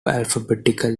alphabetical